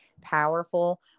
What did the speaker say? powerful